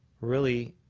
really,